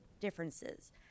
differences